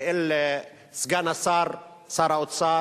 ואל סגן השר, שר האוצר,